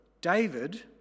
david